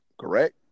correct